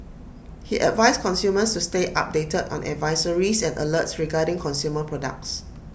he advised consumers to stay updated on advisories and alerts regarding consumer products